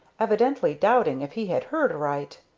evidently doubting if he had heard aright.